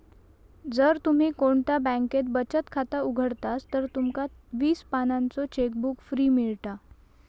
जर तुम्ही कोणत्या बॅन्केत बचत खाता उघडतास तर तुमका वीस पानांचो चेकबुक फ्री मिळता